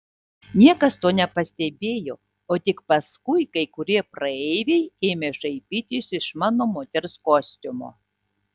niekas to nepastebėjo o tik paskui kai kurie praeiviai ėmė šaipytis iš mano moters kostiumo